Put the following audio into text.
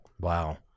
Wow